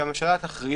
שהממשלה תכריז,